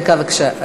דקה בבקשה.